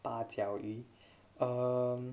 把教育：ba jiao yu err